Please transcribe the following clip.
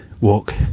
walk